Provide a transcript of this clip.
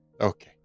Okay